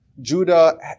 Judah